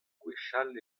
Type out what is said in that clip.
gwechall